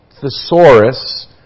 thesaurus